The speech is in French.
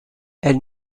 elle